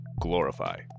Glorify